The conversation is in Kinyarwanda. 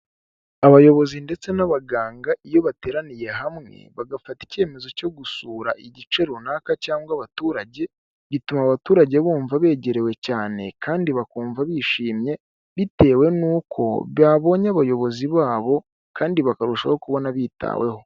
Abayobozi ndetse n'abaganga iyo bateraniye hamwe, bagafata icyemezo cyo gusura igice runaka cyangwa abaturage, bituma abaturage bumva begerewe cyane kandi bakumva bishimye, bitewe n'uko babonye abayobozi babo kandi bakarushaho kubona bitaweho.